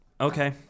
okay